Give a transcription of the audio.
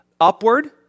upward